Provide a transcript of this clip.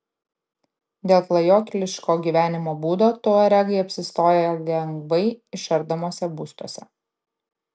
dėl klajokliško gyvenimo būdo tuaregai apsistoja lengvai išardomuose būstuose